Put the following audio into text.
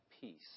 peace